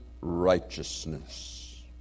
righteousness